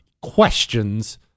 questions